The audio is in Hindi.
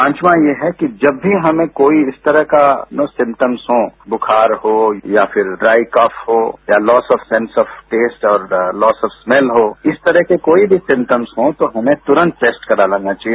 पांचवा ये है कि जब भी हमें कोई इस तरह का न सिम्टम्स हो बुखार हो या फिर ड्राई कफ हो या फिर loss of sense of taste और लॉस ऑफ स्मैल हो इस तरह के कोई भी सिमटम्स हों तो हमें तुरन्त टैस्ट करा लेना चाहिए